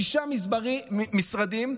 שישה משרדים,